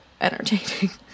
entertaining